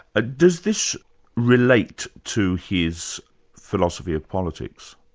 ah does this relate to his philosophy of politics?